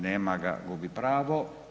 Nema ga, gubi pravo.